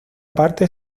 parte